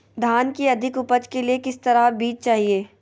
धान की अधिक उपज के लिए किस तरह बीज चाहिए?